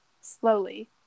slowly